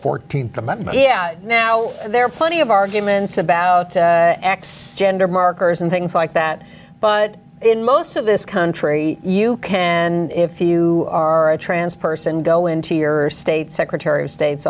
fourteenth amendment yeah now there are plenty of arguments about gender markers and things like that but in most of this country you can if you are a trans person go into your state secretary of state